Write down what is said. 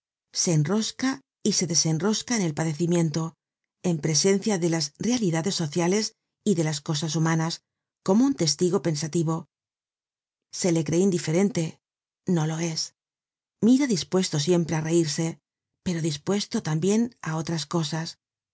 se enrosca y se desenrosca en el padecimiento en presencia de las realidades sociales y de las cosas humanas como un testigo pensativo se le cree indiferente no lo es mira dispuesto siempre áreirse pero dispuesto tambien á otras cosas